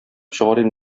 чыгарыйм